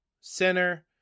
center